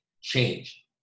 change